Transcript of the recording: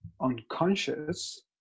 unconscious